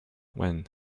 when